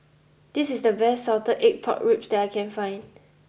this is the best Salted Egg Pork Ribs that I can find